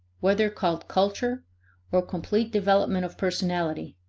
whether called culture or complete development of personality,